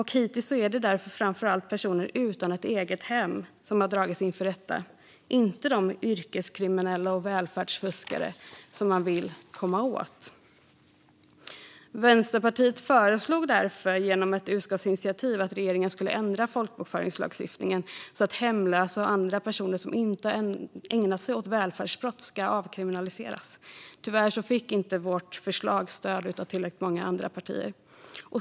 Hittills är det därför framför allt personer utan ett eget hem som har dragits inför rätta, inte de yrkeskriminella och välfärdsfuskare som man vill komma åt. Vänsterpartiet föreslog därför genom ett utskottsinitiativ att regeringen skulle ändra folkbokföringslagstiftningen så att hemlösa och andra personer som inte ägnat sig åt välfärdsbrott avkriminaliseras. Tyvärr fick inte vårt förslag stöd av tillräckligt många andra partier.